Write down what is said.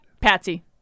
Patsy